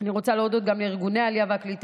אני רוצה להודות גם לארגוני העלייה והקליטה,